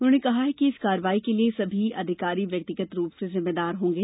उन्होंने कहा है कि इस कार्यवाही के लिये सभी अधिकारी व्यक्तिगत रूप से जिम्मेदार रहेंगे